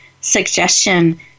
suggestion